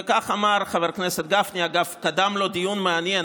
וכך אמר חבר הכנסת גפני, אגב, קדם לו דיון מעניין.